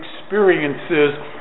experiences